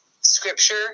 scripture